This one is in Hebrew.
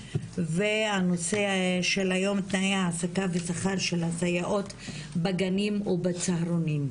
והנושא של היום תנאי העסקה ושכר של הסייעות בגנים ובצהרונים.